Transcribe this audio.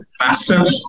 massive